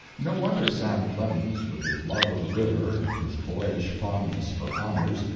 no wonder sam clemens, with his love of the river and his boyish fondness for honors,